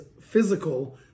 physical